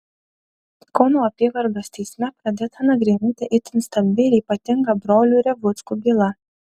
kauno apygardos teisme pradėta nagrinėti itin stambi ir ypatinga brolių revuckų byla